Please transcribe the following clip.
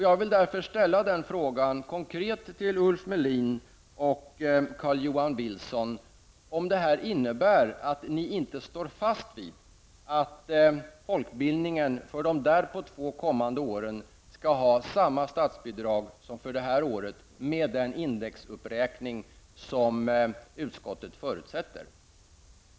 Jag vill därför ställa frågan konkret till Ulf Melin och Carl-Johan Wilson: Innebär det särskilda yttrandet att ni inte står fast vid att folkbildningen för de två därpå kommande åren skall ha samma statsbidrag som första året, med den indexuppräkning som utskottet förutsätter?